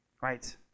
right